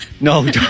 No